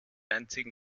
einzigen